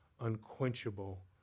unquenchable